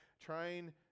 trying